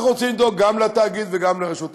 אנחנו רוצים לדאוג גם לתאגיד וגם לרשות השידור,